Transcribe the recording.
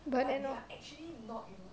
but they're not